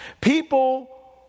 People